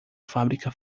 fábrica